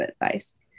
advice